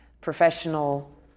professional